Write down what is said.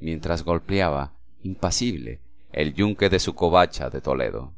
mientras golpeaba impasible el yunque de su covacha de toledo